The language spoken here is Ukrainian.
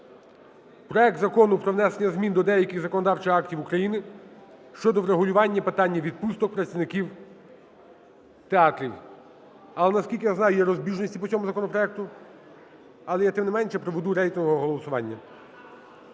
Проект Закону про внесення змін до деяких законодавчих актів України щодо врегулювання питання відпусток працівників театрів. Але, наскільки я знаю, є розбіжності по цьому законопроекту. Але я тим не менше проведу рейтингове голосування.